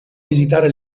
visitare